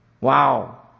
Wow